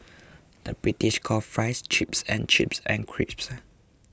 the British calls Fries Chips and chips and crisps